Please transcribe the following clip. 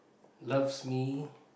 loves me